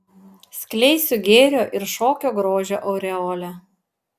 skleisiu gėrio ir šokio grožio aureolę